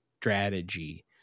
strategy